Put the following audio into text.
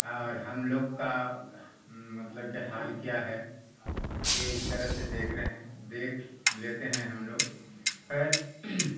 اور ہم لوگ کا مطلب کہ حال کیا ہے یہ اس طرح سے دیکھ رہے ہیں دیکھ لیتے ہیں ہم لوگ خیر